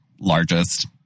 largest